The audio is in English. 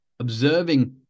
observing